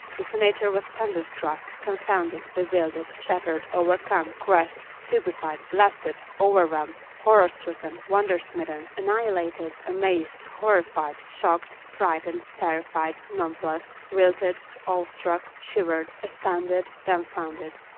the senator was thunderstruck, confounded, bewildered, shattered, overcome, crushed, stupefied, blasted, overwhelmed, horror-stricken, wonder-smitten, annihilated, amazed, horrified, shocked, frightened, terrified, nonplussed, wilted, awe-struck, shivered, astounded, dumfounded.